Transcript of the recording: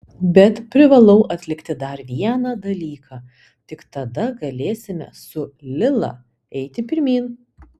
bet privalau atlikti dar vieną dalyką tik tada galėsime su lila eiti pirmyn